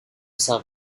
cell